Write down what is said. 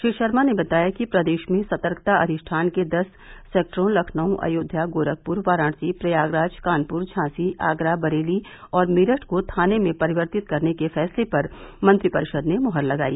श्री शर्मा ने बताया कि प्रदेश में सतर्कता अधिष्ठान के दस सेक्टरों लखनऊ अयोध्या गोरखप्र वाराणसी प्रयागराज कानप्र झांसी आगरा बरेली और मेरठ को थाने में परिवर्तित करने के फैसले पर मंत्रिपरिषद ने मोहर लगाई